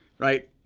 right,